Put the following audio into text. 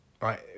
Right